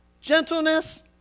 Gentleness